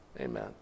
Amen